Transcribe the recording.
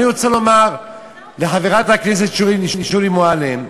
אני רוצה לומר לחברת הכנסת שולי מועלם: